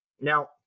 Now